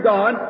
God